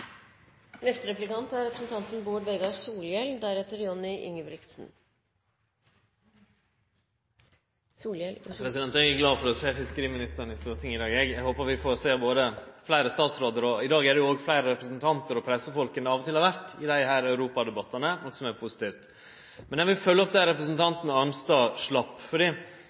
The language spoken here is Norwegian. Eg er glad for å sjå fiskeriministeren i Stortinget i dag, eg, og eg håpar vi får sjå fleire statsrådar òg. I dag er det jo òg fleire representantar og pressefolk her enn det av og til har vore i desse europadebattane, noko som er positivt. Eg vil følgje opp der representanten Arnstad slapp. Sjølvsagt tok fiskerikommissæren dette opp med fiskeriministeren, for